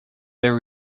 were